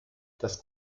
das